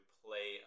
play